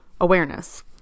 awareness